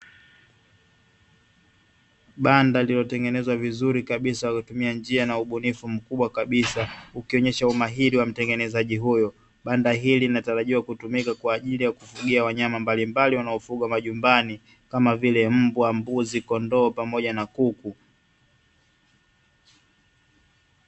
Banda lililotengenezwa vizuri kabisa kwa kutumia njia na ubunifu mzuri kabisa likionyesha umahiri wa mtengenezaji huyo, banda hili linatarajiwa kutumika kwa ajili ya kufugia wanyama mbalimbali wanaofugwa majumbani kama vile mbwa, mbuzi, kondoo pamoja na kuku.